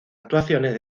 actuaciones